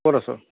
ক'ত আছ